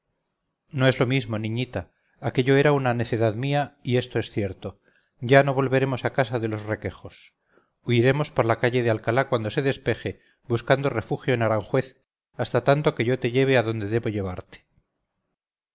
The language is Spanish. no es lo mismo niñita aquello era una necedad mía y esto es cierto ya no volveremos a casa de los requejos huiremos por la calle de alcalá cuando se despeje buscando refugio en aranjuez hasta tanto que yo te lleve a donde debo llevarte